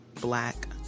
Black